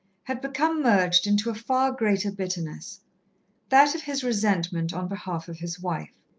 had become merged into a far greater bitterness that of his resentment on behalf of his wife.